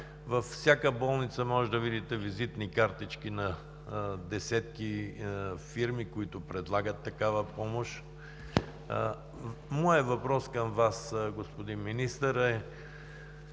във всяка болница може да видите визитни картички на десетки фирми, които предлагат такава помощ. Моят въпрос към Вас, господин Министър, е: